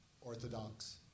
Orthodox